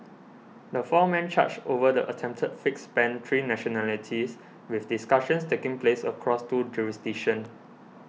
the four men charged over the attempted fix spanned three nationalities with discussions taking place across two jurisdictions